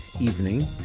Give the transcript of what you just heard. evening